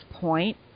point